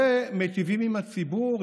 ומיטיבים עם הציבור,